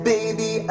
Baby